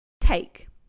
take